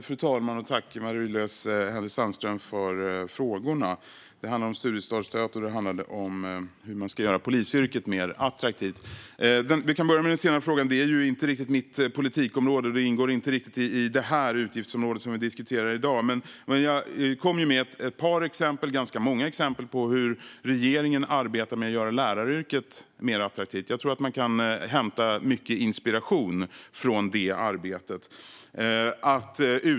Fru talman! Tack, Marie-Louise Hänel Sandström, för frågorna! De handlade om studiestartsstödet och om hur man ska göra polisyrket mer attraktivt. Jag kan börja med den senare frågan. Det är ju inte riktigt mitt politikområde, och frågan ingår inte riktigt i det utgiftsområde som vi diskuterar i dag. Men jag gav ganska många exempel på hur regeringen arbetar med att göra läraryrket mer attraktivt. Jag tror att man kan hämta mycket inspiration från det arbetet.